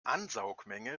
ansaugmenge